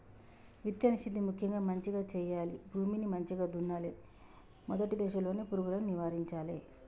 విత్తన శుద్ధి ముక్యంగా మంచిగ చేయాలి, భూమిని మంచిగ దున్నలే, మొదటి దశలోనే పురుగులను నివారించాలే